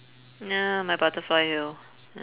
ya my butterfly yellow